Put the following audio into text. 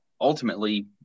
ultimately